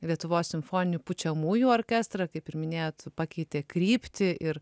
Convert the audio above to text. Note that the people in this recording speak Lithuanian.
lietuvos simfoninių pučiamųjų orkestrą kaip ir minėjot pakeitė kryptį ir